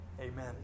Amen